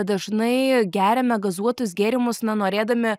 dažnai geriame gazuotus gėrimus na norėdami